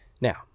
now